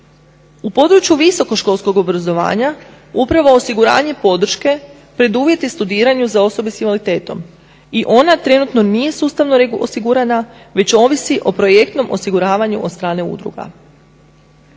U području visoko školskog obrazovanja upravo osiguranje podrške preduvjeti studiranju za osobe s invaliditetom i ona trenutno nije sustavno osigurana već ovisi o projektnom osiguravanju od strane udruga.